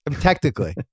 Technically